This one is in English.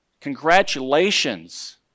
Congratulations